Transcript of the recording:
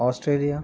Australia